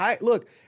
Look